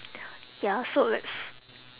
ya so let's